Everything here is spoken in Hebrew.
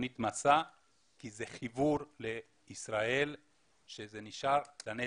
לתוכנית 'מסע' כי זה חיבור לישראל שנשאר לנצח.